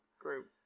group